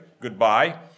goodbye